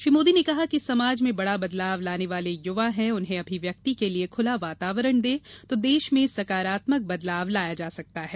श्री मोदी ने कहा कि समाज में बड़ा बदलाव लाने वाले युवा हैं उन्हें अभिव्यक्ति के लिए खुला वातावरण दें तो देश में सकारात्मक बदलाव लाया जा सकता है